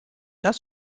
das